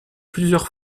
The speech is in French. plusieurs